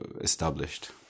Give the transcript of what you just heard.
established